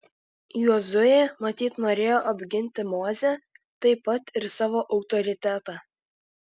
jozuė matyt norėjo apginti mozę taip pat ir savo autoritetą